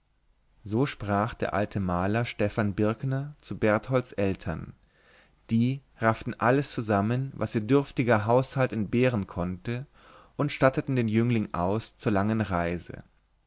so sprach der alte maler stephan birkner zu bertholds eltern die rafften alles zusammen was ihr dürftiger haushalt entbehren konnte und statteten den jüngling aus zur langen reise